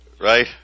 Right